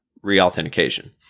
reauthentication